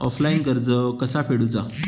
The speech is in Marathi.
ऑफलाईन कर्ज कसा फेडूचा?